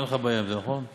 אין לך בעיה עם זה, נכון?